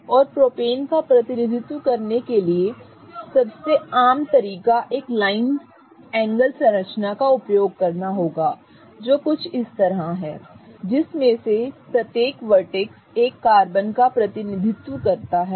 और प्रोपेन का प्रतिनिधित्व करने के लिए सबसे आम तरीका एक लाइन एंगल संरचना का उपयोग करना होगा जो कुछ इस तरह है जिसमें से प्रत्येक वर्टेक्स एक कार्बन का प्रतिनिधित्व करता है